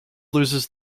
loses